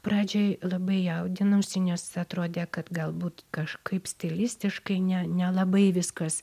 pradžioj labai jaudinausi nes atrodė kad galbūt kažkaip stilistiškai ne nelabai viskas